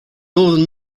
northern